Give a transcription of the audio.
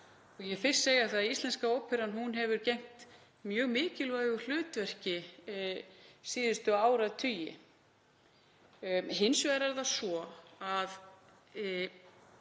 Ég vil fyrst segja það að Íslenska óperan hefur gegnt mjög mikilvægu hlutverki síðustu áratugi. Hins vegar er það